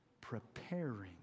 Preparing